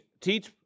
teach